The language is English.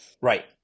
Right